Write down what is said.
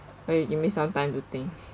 wait you give me some time to think